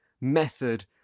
method